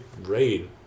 raid